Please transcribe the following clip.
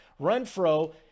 Renfro